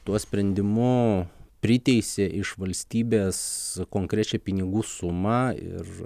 tuo sprendimu priteisė iš valstybės konkrečią pinigų sumą ir